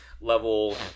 level